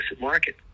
market